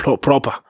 proper